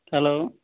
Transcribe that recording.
hello